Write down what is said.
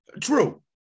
true